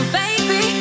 baby